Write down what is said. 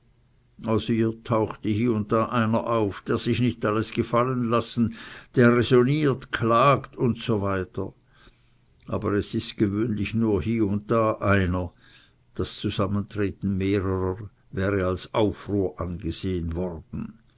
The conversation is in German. hie und da einer auf der sich nicht alles will gefallen lassen der räsonniert klagt usw aber es ist gewöhnlich nur hie und da einer das zusammentreten mehrerer wäre als aufruhr angesehen worden